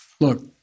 Look